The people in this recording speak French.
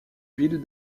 ville